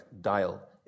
dial